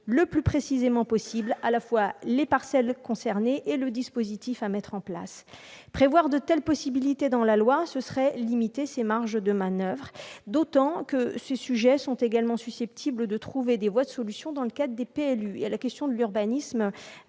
le plus précisément possible à la fois les parcelles concernées et le dispositif à mettre en place. Prévoir de telles possibilités dans la loi reviendrait à limiter ces marges de manoeuvre, d'autant que ces sujets sont susceptibles de trouver des solutions dans le cadre des plans locaux d'urbanisme.